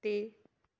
ਅਤੇ